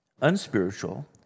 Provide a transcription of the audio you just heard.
unspiritual